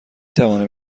توانم